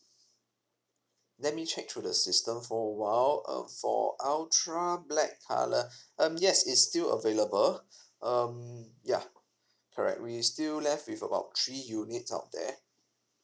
let me check through the system for a while uh for ultra black colour um yes is still available um ya correct we still left with about three units out there